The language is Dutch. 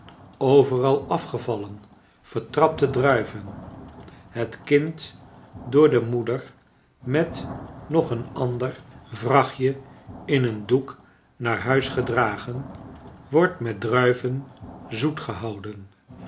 overal afgevallen vertrapte druiven het kind door de moeder met nog een ander vrachtje in een doek naar huis gedragen wordt met druiven zoet gehouden